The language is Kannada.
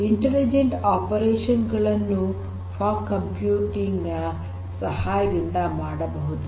ಇಂಟಲಿಜೆಂಟ್ ಆಪರೇಷನ್ ಗಳನ್ನು ಫಾಗ್ ಕಂಪ್ಯೂಟಿಂಗ್ ನ ಸಹಾಯದಿಂದ ಮಾಡಬಹುದು